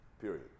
period